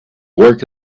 work